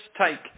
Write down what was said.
take